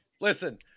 listen